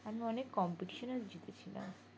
আমি অনেক কম্পিটিশানেও জিতেছিলাম